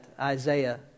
Isaiah